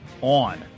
on